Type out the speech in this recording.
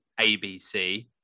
abc